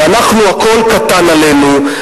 הכול קטן עלינו,